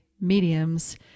mediums